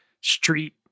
street